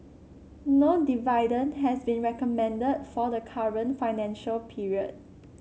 no dividend has been recommended for the current financial period